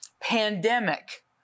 Pandemic